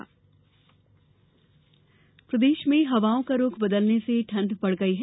मौसम प्रदेश में हवाओं का रुख बदलने से ठण्ड बढ़ गई है